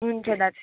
हुन्छ दाजु